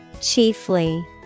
Chiefly